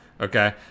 Okay